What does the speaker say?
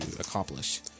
accomplish